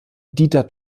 dieter